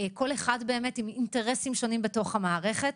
כל אחד עם אינטרסים שונים בתוך המערכת,